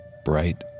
bright